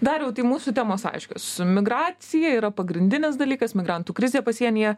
dariau tai mūsų temos aiškios migracija yra pagrindinis dalykas migrantų krizė pasienyje